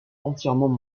entièrement